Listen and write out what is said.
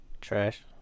trash